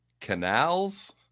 Canals